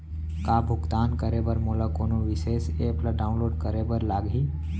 का भुगतान करे बर मोला कोनो विशेष एप ला डाऊनलोड करे बर लागही